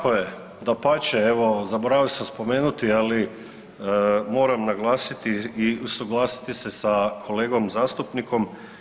Tako je, dapače, evo zaboravio sam spomenuti ali moram naglasiti i usuglasiti se sa kolegom zastupnikom.